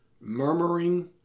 murmuring